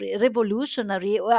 revolutionary